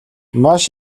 маш